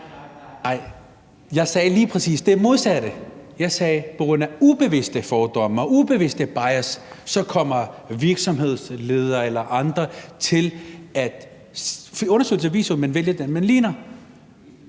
Jeg sagde lige præcis det modsatte. Jeg sagde, at på grund af ubevidste fordomme og ubevidste bias kommer virksomhedsledere eller andre til at vælge nogle, der ligner